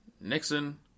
Nixon